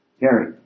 Gary